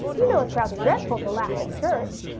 you know it's rather dreadful to laugh in church.